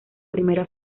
primera